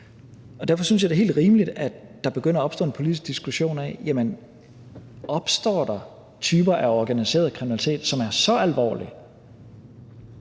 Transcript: Derfor synes jeg, det er helt rimeligt, at der begynder at opstå en politisk diskussion af, om der opstår typer af organiseret kriminalitet, som er så alvorlig